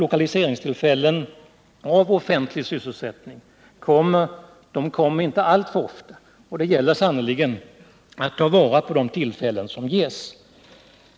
Lokaliseringstillfällen av offentlig sysselsättning kommer inte alltför ofta, och det gäller sannerligen att ta vara på de tillfällen som ges.